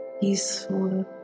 peaceful